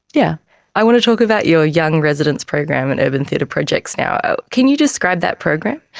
yeah i want to talk about your young residents program at urban theatre projects now, can you describe that program?